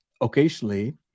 occasionally